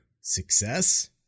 success